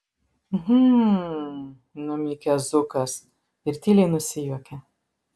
hm numykia zukas ir tyliai nusijuokia